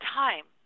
time